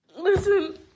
Listen